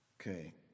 Okay